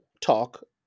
talk